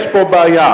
יש פה בעיה.